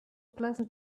pleasant